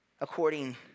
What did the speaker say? according